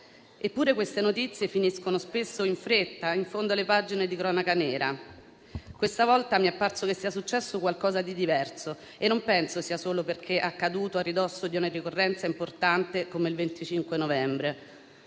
Eppure, queste notizie finiscono spesso, in fretta, in fondo alle pagine di cronaca nera. Questa volta mi è parso che sia successo qualcosa di diverso e non penso sia solo perché è accaduto a ridosso di una ricorrenza importante come il 25 novembre.